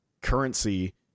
currency